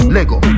Lego